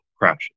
crashes